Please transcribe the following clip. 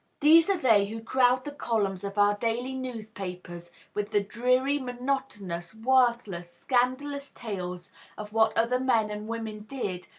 these are they who crowd the columns of our daily newspapers with the dreary, monotonous, worthless, scandalous tales of what other men and women did,